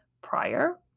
prior